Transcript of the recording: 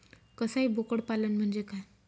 कसाई बोकड पालन म्हणजे काय?